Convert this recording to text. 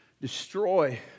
destroy